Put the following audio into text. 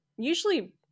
usually